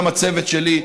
הצוות שלי,